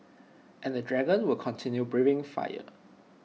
and the dragon will continue breathing fire